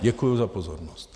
Děkuji za pozornosti.